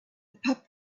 pup